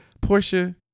Portia